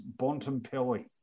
Bontempelli